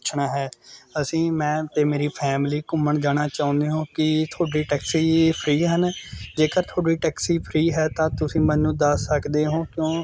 ਪੁੱਛਣਾ ਹੈ ਅਸੀਂ ਮੈਂ ਅਤੇ ਮੇਰੀ ਫੈਮਿਲੀ ਘੁੰਮਣ ਜਾਣਾ ਚਾਹੁੰਦੇ ਹੋ ਕੀ ਤੁਹਾਡੀ ਟੈਕਸੀ ਫਰੀ ਹਨ ਜੇਕਰ ਤੁਹਾਡੀ ਟੈਕਸੀ ਫਰੀ ਹੈ ਤਾਂ ਤੁਸੀਂ ਮੈਨੂੰ ਦੱਸ ਸਕਦੇ ਹੋ ਕਿਉਂ